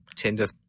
changes